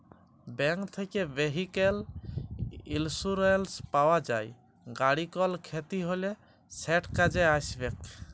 bank থ্যাকে vehicle insurance পাউয়া যায়, গাড়ির কল খ্যতি হ্যলে সেট কাজে আইসবেক